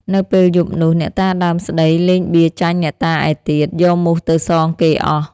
នៅពេលយប់នោះ អ្នកតាដើមស្តី លេងបៀចាញ់អ្នកតាឯទៀត យកមូសទៅសងគេអស់។